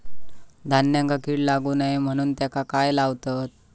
धान्यांका कीड लागू नये म्हणून त्याका काय लावतत?